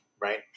right